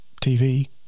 TV